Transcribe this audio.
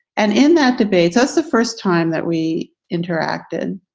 and in that debate, us the first time that we interacted.